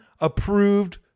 approved